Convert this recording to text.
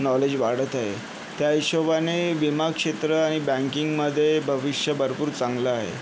knowledge वाढत आहे त्या हिशोबाने विमा क्षेत्र आणि बँकिंगमध्ये भविष्य भरपूर चांगलं आहे